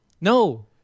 no